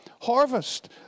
harvest